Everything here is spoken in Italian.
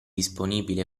disponibili